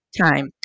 time